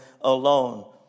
alone